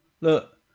Look